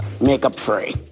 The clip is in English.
makeup-free